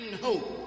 hope